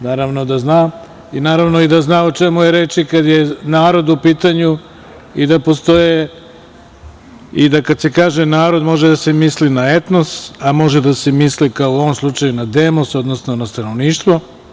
Naravno da zna i naravno i da zna o čemu je reč kada je narod u pitanju i da kad se kaže narod, može da se misli na etnos, a može da se misli, kao u ovom slučaju, na demos, odnosno na stanovništvo.